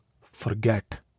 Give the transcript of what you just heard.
forget